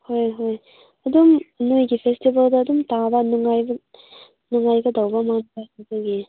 ꯍꯣꯏ ꯍꯣꯏ ꯑꯗꯨꯝ ꯅꯈꯣꯏꯒꯤ ꯐꯦꯁꯇꯤꯕꯦꯜꯗ ꯑꯗꯨꯝ ꯇꯥꯕ ꯅꯨꯡꯉꯥꯏꯕ ꯅꯨꯡꯉꯥꯏꯒꯗꯧꯕ ꯃꯥꯟꯕ ꯑꯗꯨꯗꯒꯤ